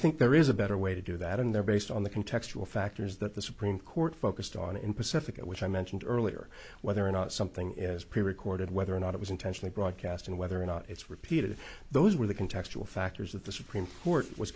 think there is a better way to do that and they're based on the contextual factors that the supreme court focused on in pacifica which i mentioned earlier whether or not something is prerecorded whether or not it was intentionally broadcast and whether or not it's repeated those were the contextual factors that the supreme court was